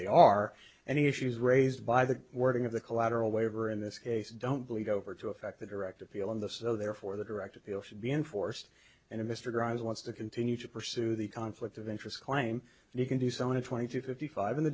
they are any issues raised by the wording of the collateral waiver in this case don't bleed over to affect the direct appeal of the so therefore the direct appeal should be enforced and mr grimes wants to continue to pursue the conflict of interest claim and you can do so on a twenty to fifty five in the